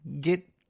get